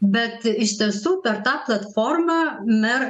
bet iš tiesų per tą platformą mer